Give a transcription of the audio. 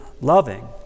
loving